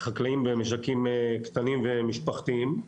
חקלאים ומשקים קטנים ומשפחתיים.